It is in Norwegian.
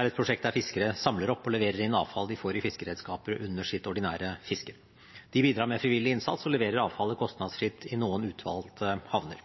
er et prosjekt der fiskere samler opp og leverer inn avfall de får i fiskeredskaper under sitt ordinære fiske. De bidrar med frivillig innsats og leverer avfallet kostnadsfritt i noen utvalgte havner.